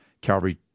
Calvary